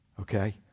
okay